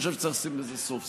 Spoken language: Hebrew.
אני חושב שצריך לשים לזה סוף.